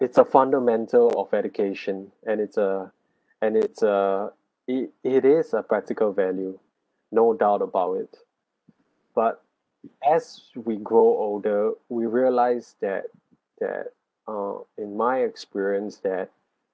it's a fundamental of education and it's uh and it's uh it it is a practical value no doubt about it but as we grow older we realize that that uh in my experience that